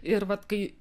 ir vat kai